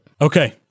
Okay